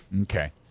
Okay